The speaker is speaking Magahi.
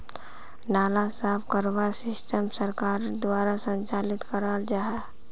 नाला साफ करवार सिस्टम सरकार द्वारा संचालित कराल जहा?